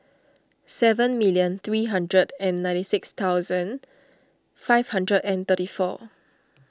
seven million three hundred and ninety six thousand five hundred and thirty four